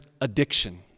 addiction